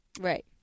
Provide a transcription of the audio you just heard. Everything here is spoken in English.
Right